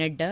Nadda